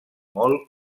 molt